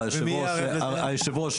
היושב-ראש,